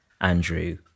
Andrew